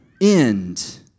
end